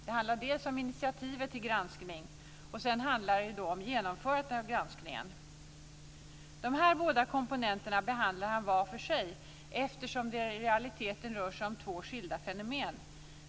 Det handlar dels om initiativet till granskningen, dels om genomförandet av granskningen. De här båda komponenterna behandlar han var för sig, eftersom det i realiteten rör sig om två skilda fenomen.